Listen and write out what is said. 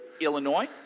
Illinois